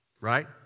Right